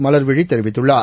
மலர்விழி தெரிவித்துள்ளார்